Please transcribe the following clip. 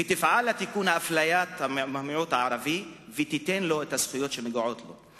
ותפעל לתיקון אפליית המיעוט הערבי ותיתן לו את הזכויות שמגיעות לו,